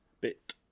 Bit